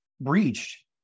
breached